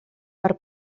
per